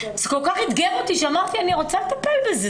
זה כל כך איתגר אותי שאמרתי שאני רוצה לטפל בזה,